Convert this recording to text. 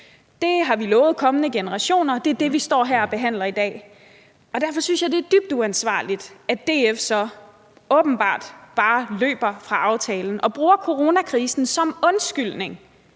Det har vi lovet kommende generationer, og det er det, vi står her og behandler i dag. Derfor synes jeg, det er dybt uansvarligt, at DF så åbenbart bare løber fra aftalen og bruger coronakrisen som undskyldning